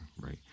right